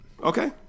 Okay